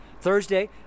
thursday